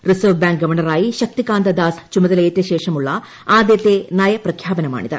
reserve bank ഗവർണറായി ശക്തികാന്ത ദാസ് ചുമതലയേറ്റ ശേഷമുള്ള ആദ്യത്തെ നയ പ്രഖ്യാപനമാണിത്